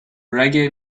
reggae